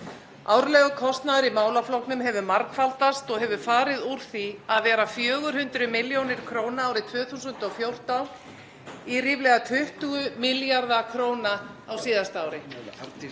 Árlegur kostnaður í málaflokknum hefur margfaldast og hefur farið úr því að vera 400 millj. kr. árið 2014 í ríflega 20 milljarða kr. á síðasta ári.